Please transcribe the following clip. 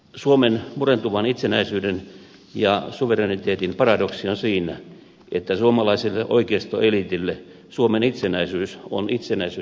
suomen murentuvan itsenäisyyden ja suvereniteetin paradoksi on siinä että suomalaiselle oikeistoeliitille suomen itsenäisyys on itsenäisyyttä venäjästä